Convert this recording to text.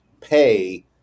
pay